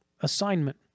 Assignment